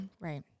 Right